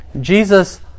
jesus